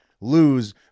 lose